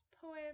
poem